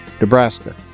Nebraska